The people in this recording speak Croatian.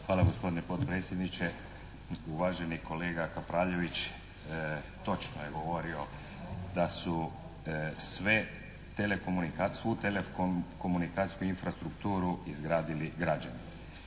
Hvala gospodine potpredsjedniče. Uvaženi kolega Kapraljević točno je govorio da su sve telekomunikacije, svu telekomunikacijsku infrastrukturu izgradili građani,